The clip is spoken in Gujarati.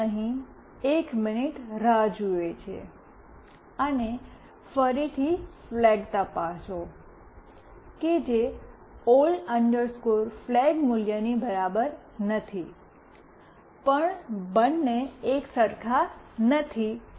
અમે એક મિનિટ રાહ જુઓ અને ફરીથી ફ્લેગ તપાસો કે જે ઓલ્ડ ફ્લેગ મૂલ્યની બરાબર નથી પણ બંને એક સરખા નથી